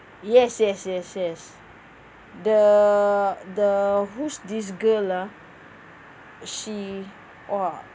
yes yes yes yes the the who's this girl lah she !wah!